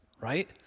right